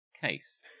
case